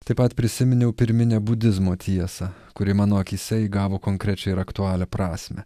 taip pat prisiminiau pirminę budizmo tiesą kuri mano akyse įgavo konkrečią ir aktualią prasmę